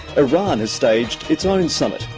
iran has staged its own summit.